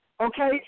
okay